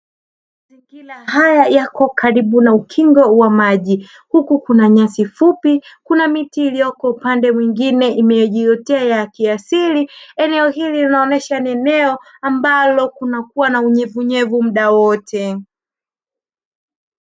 Haya yako karibu na ukingo wa maji huku kuna nyasi fupi kuna miti iliyoko upande mwingine imejiotea kiasili, eneo hili linaonyesha ni eneo ambalo kunakuwa na unyevunyevu muda wote.